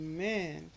Amen